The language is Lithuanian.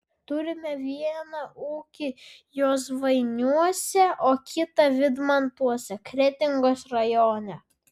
turime vieną ūkį josvainiuose o kitą vydmantuose kretingos rajone